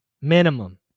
minimum